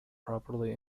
properly